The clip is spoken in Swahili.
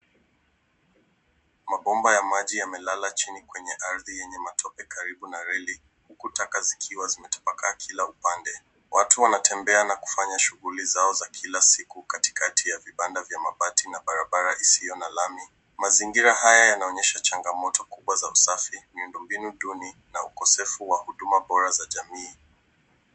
Mabomba ya maji yamelala chini kwenye ardhi yenye matope karibu na reli huku taka zikiwa zimetapakaa kila upande. Watu wanatembea na kufanya shughuli zao za kila siku katikati ya vibanda vya mabati na barabara isiyo na lami. Mazingira haya yanaonyesha changamoto za usafi, miundombinu duni na ukosefu wa huduma bora za jamii.